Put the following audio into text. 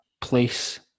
place